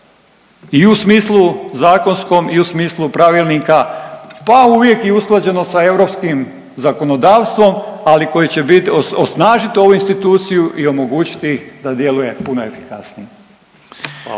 i u smislu zakonskom i u smislu pravilnika pa uvijek i usklađeno sa europskim zakonodavstvom, ali koje će bit, osnažit ovu instituciju i omogućiti da djeluje puno efikasnije.